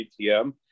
ATM